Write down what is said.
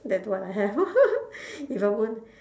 that's what I have if I want